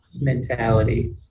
mentality